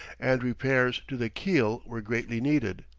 and repairs to the keel were greatly needed.